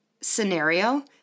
scenario